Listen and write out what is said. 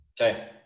Okay